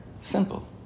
simple